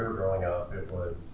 growing up it was,